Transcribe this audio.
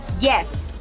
yes